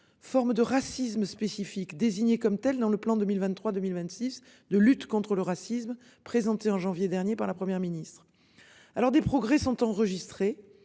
formes de racisme spécifique désignés comme telle dans le plan 2023 2026 de lutte contre le racisme, présenté en janvier dernier par la Première ministre. Alors des progrès sont enregistrés